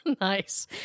Nice